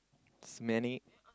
is many